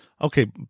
Okay